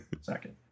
second